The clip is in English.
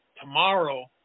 tomorrow